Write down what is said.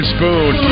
Spoon